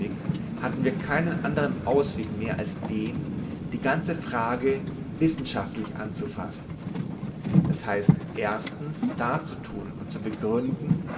hatten wir keinen anderen ausweg mehr als den die ganze frage wissenschaftlich anzufassen d h erstens darzutun und zu begründen